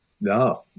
No